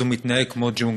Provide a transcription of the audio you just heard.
אז הוא מתנהג כמו ג'ונגל.